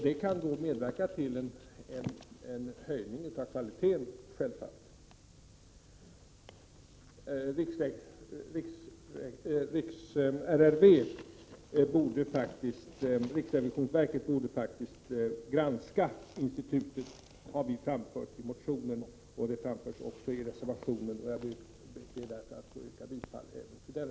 Det kan medverka till en höjning av kvaliteten. Riksrevisionsverket borde faktiskt granska institutet, vilket vi har framfört i motionen. Det anförs också i reservationen, som jag ber att få yrka bifall till.